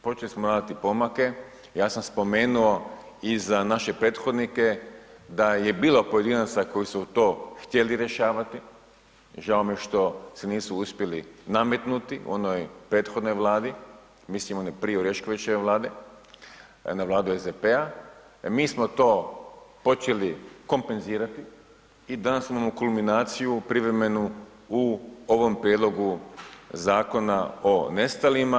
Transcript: Počeli smo raditi pomake, ja sam spomenuo i za naše prethodnike da je bilo pojedinaca koji su to htjeli rješavati, žao mi je što se nisu uspjeli nametnuti onoj prethodnoj Vladi, mislim onoj prije Oreškovićeve Vlade, na Vladu SDP-a, mi smo to počeli kompenzirati i danas imamo kulminaciju privremenu u ovom prijedlogu Zakona o nestalima.